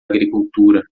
agricultura